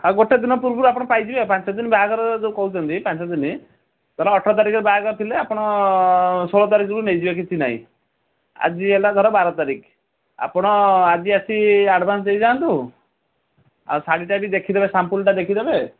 ଆଉ ଗୋଟେ ଦିନ ପୂର୍ବରୁ ଆପଣ ପାଇଯିବେ ଆଉ ପାଞ୍ଚ ଦିନ ବାହାଘର ଯେଉଁ ଆପଣ କହୁଛନ୍ତି ପାଞ୍ଚ ଦିନ ଧର ଅଠର ତାରିଖରେ ବାହାଘର ଥିଲେ ଆପଣ ଷୋହଳ ତାରିଖରୁ ନେଇଯିବେ କିଛି ନାଇଁ ଆଜି ହେଲା ଧର ବାର ତାରିଖ ଆପଣ ଆଜି ଆସି ଆଡ଼୍ଭାନ୍ସ୍ ଦେଇଯାଆନ୍ତୁ ଆଉ ଶାଢ଼ୀଟା ବି ଦେଖିଦେବେ ସାମ୍ପୁଲ୍ଟା ଦେଖିଦେବେ